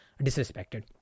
disrespected